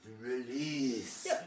release